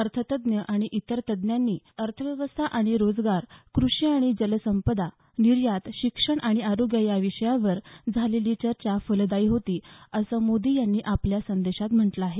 अर्थतज्ज्ञ आणि इतर तज्ज्ञांशी अर्थव्यवस्था आणि रोजगार कृषी आणि जलसंपदा निर्यात शिक्षण आणि आरोग्य या विषयांवर झालेली चर्चा फलदायी होती असं मोदी यांनी आपल्या संदेशात म्हटलं आहे